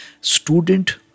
student